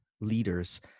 leaders